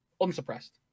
Unsuppressed